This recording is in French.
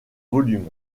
volumes